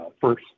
first